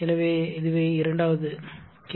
எனவே இதுவே இரண்டாவது கேள்வி